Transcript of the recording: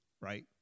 right